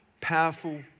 powerful